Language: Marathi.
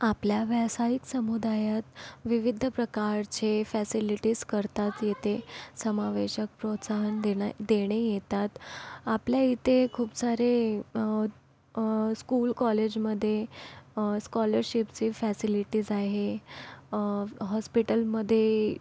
आपल्या व्यावसायिक समुदायात विविध प्रकारचे फॅसिलिटीज करतात येते समावेशक प्रोत्साहन देण देणे येतात आपल्या इथे खूप सारे स्कूल कॉलेजमध्ये स्कॉलरशिपचे फॅसिलिटीज आहे हॉस्पिटलमध्ये